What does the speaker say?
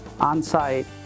on-site